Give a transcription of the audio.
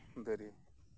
ᱫᱟᱨᱮ